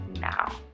now